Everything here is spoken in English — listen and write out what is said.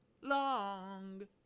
long